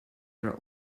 are